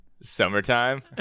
Summertime